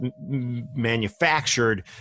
manufactured